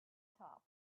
top